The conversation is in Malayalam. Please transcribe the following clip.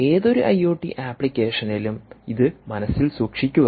ഏതൊരു ഐഒടി ആപ്ലിക്കേഷനിലും ഇത് മനസ്സിൽ സൂക്ഷിക്കുക